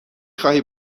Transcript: خواهی